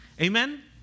Amen